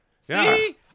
See